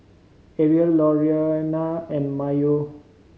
Ariel Lorena and Mayo